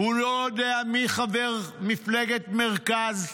הוא לא יודע מי חבר מפלגת מרכז,